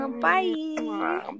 Bye